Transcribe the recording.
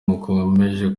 mukomeje